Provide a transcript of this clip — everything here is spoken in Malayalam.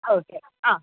ഓക്കെ ആ